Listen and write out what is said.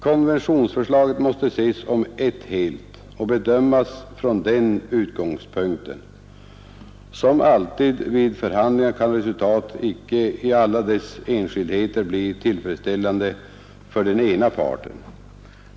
Konventionsförslaget måste ses som ett helt och bedömas från den utgångspunkten. Som alltid vid förhandlingar kan resultatet ej i alla dess enskildheter bli tillfredsställande för den ena parten.